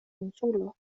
insulo